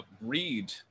read